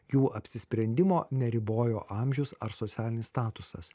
jų apsisprendimo neribojo amžius ar socialinis statusas